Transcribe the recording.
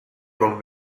con